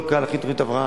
לא קל להכין תוכנית הבראה,